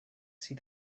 see